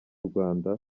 rwanda